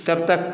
तब तक